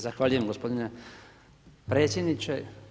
Zahvaljujem gospodine predsjedniče.